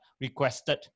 requested